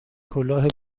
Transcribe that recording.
کلاه